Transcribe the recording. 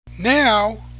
Now